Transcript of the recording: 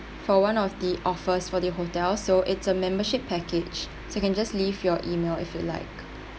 for one of the offers for the hotel so it's a membership package so you can just leave your email if you like